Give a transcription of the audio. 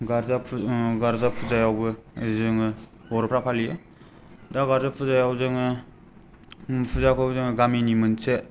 गार्जा पुजा गार्जा पुजायावबो जोङो बर'फोरा फालियो दा गार्जा पुजायाव जोङो फुजाखौ जोङो गामिनि मोनसे